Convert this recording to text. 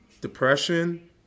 depression